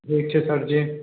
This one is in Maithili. ठीक छै सरजी